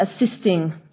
assisting